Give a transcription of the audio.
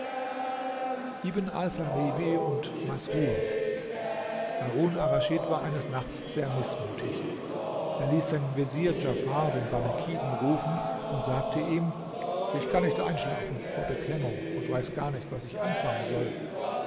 und masrur man erzählt noch harun arraschid war eines nachts sehr mißmutig er ließ seinen vezier djafar den barmekiden rufen und sagte ihm ich kann nicht einschlafen vor beklemmung und weiß gar nicht was ich anfangen soll